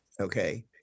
okay—